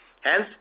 Hence